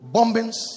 Bombings